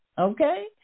Okay